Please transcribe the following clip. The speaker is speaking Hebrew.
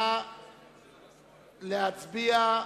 נא להצביע.